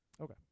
Okay